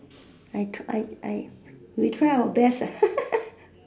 I I I we try our best lah